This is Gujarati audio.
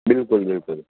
બિલકુલ બિલકુલ